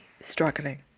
struggling